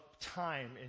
time